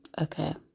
Okay